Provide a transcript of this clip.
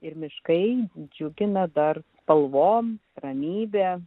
ir miškai džiugina dar spalvom ramybe